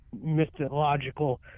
mythological